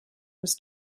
was